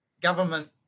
government